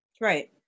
Right